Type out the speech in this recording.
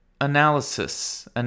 analysis